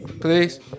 Please